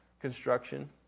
Construction